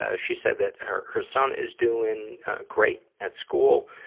ah she said that her, her son is doing great at school,